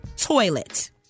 toilet